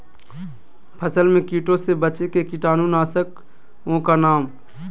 फसल में कीटों से बचे के कीटाणु नाशक ओं का नाम?